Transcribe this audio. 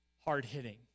hard-hitting